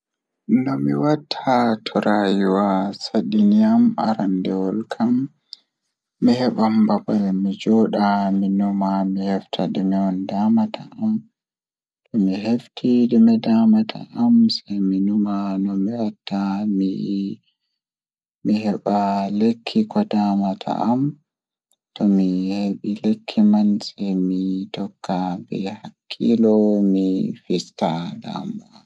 Nomi watta to rayuwa sadini an aranndewol kam Miɗo heɓa waɗude tawa mi waawi sotti e hoore mum. Nde waawataa koyɗe, mi roƴa e waɗde e joomiraade ɗee no ndaaroyde. Ko mi waɗi iwde ngesa, e hoore mi waɗi amɗe jooni.